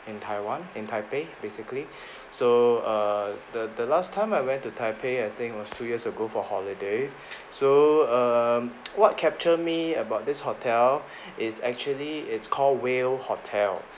in taiwan in taipei basically so err the the last time I went to taipei I think was two years ago for holiday so err what capture me about this hotel is actually it's called whale hotel